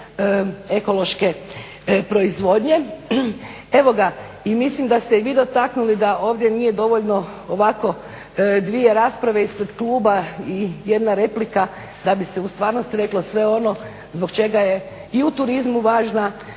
ekološke proizvodnje. I mislim da ste i vi dotaknuli da ovdje nije dovoljno ovako dvije rasprave ispred kluba i jedna replika da bi se u stvarnosti reklo sve ono zbog čega je i u turizmu važna